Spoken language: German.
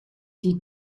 die